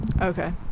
okay